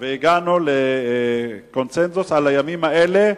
והגענו לקונסנזוס על הימים האלה.